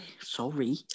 sorry